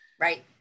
right